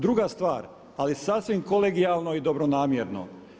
Druga stvar ali sasvim kolegijalno i dobronamjerno.